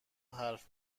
حرف